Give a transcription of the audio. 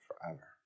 forever